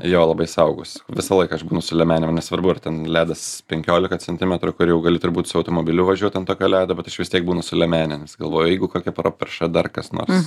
jo labai saugaus visą laiką aš būnu su liemenėm nesvarbu ar ten ledas penkiolika centimetrų kur jau gali turbūt su automobiliu važiuot ant tokio ledo bet aš vis tiek būnu su liemene nes galvoju jeigu kokia properša dar kas nors